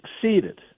succeeded